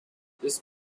this